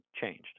changed